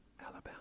Alabama